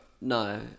No